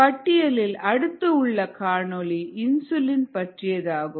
பட்டியலில் அடுத்து உள்ள காணொளி இன்சுலினை பற்றியதாகும்